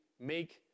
make